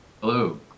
Hello